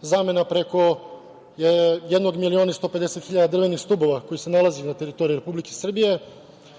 zamena preko jednog miliona i 150 hiljada drvenih stubova koji se nalaze na teritoriji Republike Srbije. To